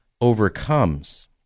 overcomes